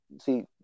See